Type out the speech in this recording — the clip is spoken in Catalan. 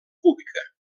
cúbica